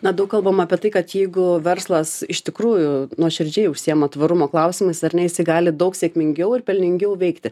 na daug kalbama apie tai kad jeigu verslas iš tikrųjų nuoširdžiai užsiima tvarumo klausimais ar ne jisai gali daug sėkmingiau ir pelningiau veikti